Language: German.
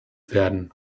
werden